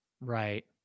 Right